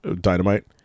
dynamite